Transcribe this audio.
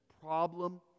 problem